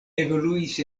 evoluis